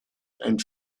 and